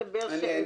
הישיבה ננעלה בשעה